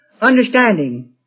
understanding